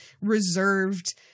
reserved